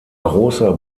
großer